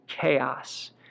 chaos